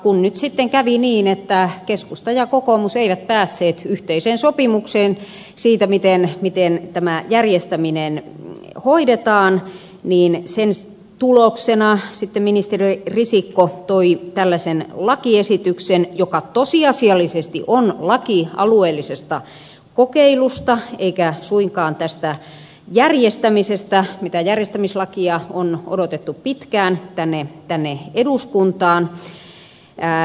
kun nyt sitten kävi niin että keskusta ja kokoomus eivät päässeet yhteiseen sopimukseen siitä miten tämä järjestäminen hoidetaan niin sen tuloksena ministeri risikko toi tällaisen lakiesityksen joka tosiasiallisesti on laki alueellisesta kokeilusta eikä suinkaan tästä järjestämisestä mitä järjestämislakia on odotettu pitkään tänne eduskuntaan